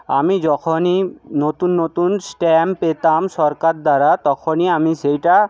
আমি যখনই নতুন নতুন স্ট্যাম্প পেতাম সরকার দ্বারা তখনই আমি সেইটা